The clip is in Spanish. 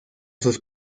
sus